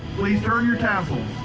please turn your tassels.